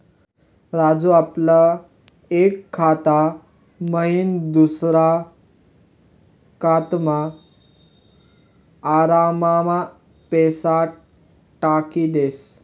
राजू आपला एक खाता मयीन दुसरा खातामा आराममा पैसा टाकी देस